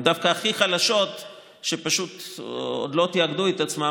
הן דווקא הכי חלשות ופשוט לא תאגדו את עצמן